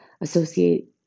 associate